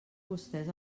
vostès